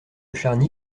charny